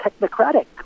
technocratic